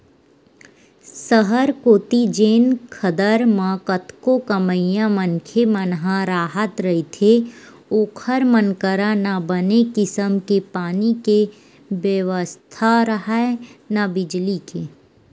सहर कोती जेन खदर म कतको कमइया मनखे मन ह राहत रहिथे ओखर मन करा न बने किसम के पानी के बेवस्था राहय, न बिजली के